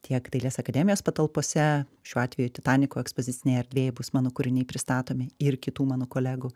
tiek dailės akademijos patalpose šiuo atveju titaniko ekspozicinėj erdvėj bus mano kūriniai pristatomi ir kitų mano kolegų